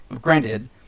granted